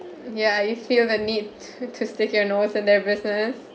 ya you feel the need to to stick your nose in their business